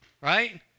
right